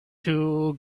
two